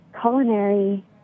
culinary